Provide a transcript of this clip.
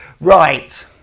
right